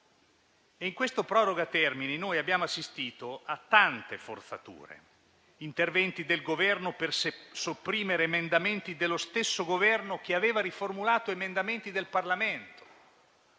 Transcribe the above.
sulla proroga termini abbiamo assistito a tante forzature, come gli interventi del Governo per sopprimere emendamenti dello stesso Governo che aveva riformulato emendamenti del Parlamento.